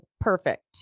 Perfect